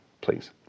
Please